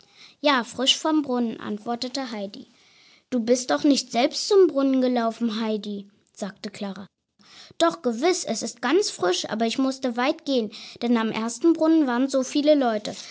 ja frisch vom brunnen antwortete heidi du bist doch nicht selbst zum brunnen gelaufen heidi sagte klara doch gewiss es ist ganz frisch aber ich musste weit gehen denn am ersten brunnen waren so viele leute